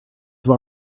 have